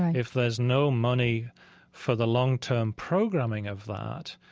if there's no money for the long-term programming of that,